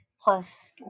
Plus